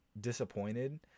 disappointed